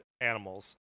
animals